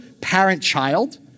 parent-child